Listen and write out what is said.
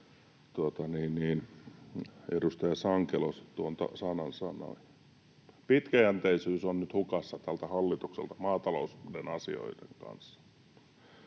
edustaja Sankelo tuon sanan sanoi. Pitkäjänteisyys on nyt hukassa tältä hallitukselta maatalouden asioiden kanssa.